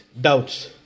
doubts